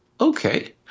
okay